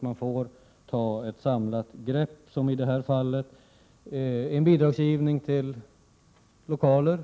Då kan man ta ett samlat grepp på frågan om i ena fallet en bidragsgivning till lokaler